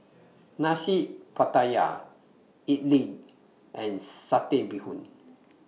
Nasi Pattaya Idly and Satay Bee Hoon